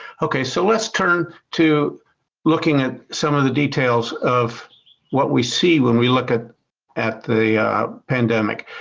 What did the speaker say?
okay, so let's turn to looking at some of the details of what we see when we look at at the pandemic.